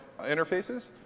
interfaces